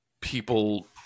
people